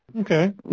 Okay